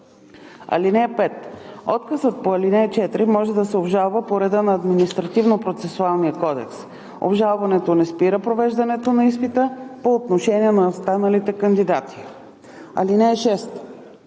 отказ. (5) Отказът по ал. 4 може да се обжалва по реда на Административнопроцесуалния кодекс. Обжалването не спира провеждането на изпита по отношение на останалите кандидати. (6)